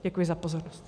Děkuji za pozornost.